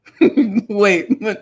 Wait